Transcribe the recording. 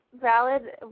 valid